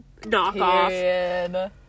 knockoff